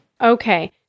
Okay